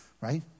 right